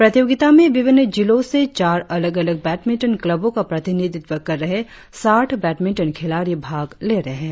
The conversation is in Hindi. प्रतियोगिता में विभिन्न जिलों से चार अलग अलग बैडमिंटन क्लबो का प्रतिनिधित्व कर रहे साठ बैडमिंटन खिलाड़ी भाग ले रहे है